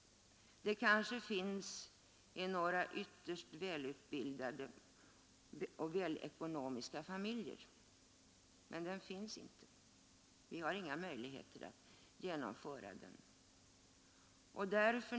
Den kanske finns i några ytterst välutbildade och ekonomiskt välställda familjer, men den existerar inte i stort. Vi har inga möjligheter att genomföra den.